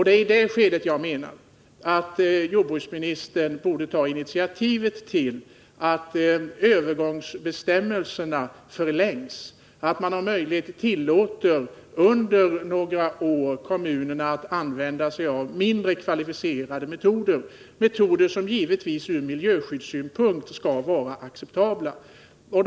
Det är i det skedet jag menar att jordbruksministern borde ta initiativ till att förlänga övergångsbestämmelserna och om möjligt under några år tillåta kommunerna att använda sig av mindre kvalificerade metoder, metoder som givetvis skall vara acceptabla från miljöskyddssynpunkt.